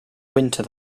winter